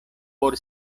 por